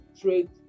trade